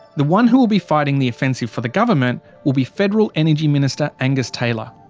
the one who will be fighting the offensive for the government will be federal energy minister, angus taylor.